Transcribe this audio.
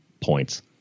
points